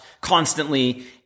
constantly